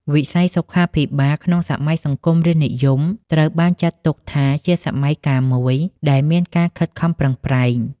វិស័យសុខាភិបាលក្នុងសម័យសង្គមរាស្រ្តនិយមត្រូវបានចាត់ទុកថាជាសម័យកាលមួយដែលមានការខិតខំប្រឹងប្រែង។